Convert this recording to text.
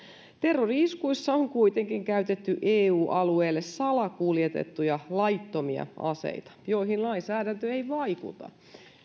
terrori iskuissa on kuitenkin käytetty eu alueelle salakuljetettuja laittomia aseita joihin lainsäädäntö ei vaikuta